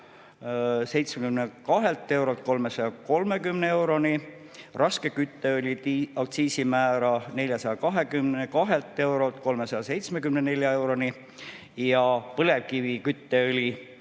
372 eurolt 330 euroni, raske kütteõli aktsiisimäära 422 eurolt 374 euroni ja põlevkivi kütteõli